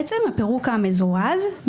הפירוק המזורז,